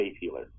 healer